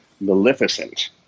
Maleficent